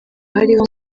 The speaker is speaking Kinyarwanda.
hariho